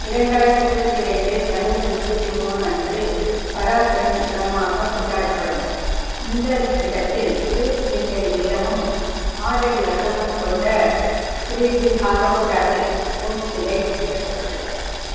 இரண்டாயிரத்து இருபத்தி ரெண்டு ஜனவரி இருபத்தி மூணு அன்று பராக்கிரம் தினமாக கொண்டாடப்படும் இந்த இடத்தில் இருபத்தி எட்டு அடி உயரமும் ஆறடி அகலமும் கொண்ட த்ரீ டி ஹாலோகிராஃபிக் போஸ் சிலை திறக்கப்பட்டது